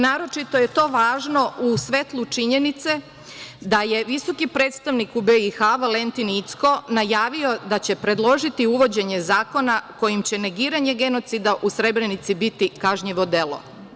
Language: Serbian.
Naročito je to važno u svetlu činjenice da je visoki predstavnik u BiH, Valentin Incko, najavio da će predložiti uvođenje zakona kojim će negiranje genocida u Srebrenici biti kažnjivo delo.